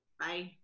bye